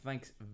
Thanks